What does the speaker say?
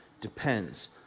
depends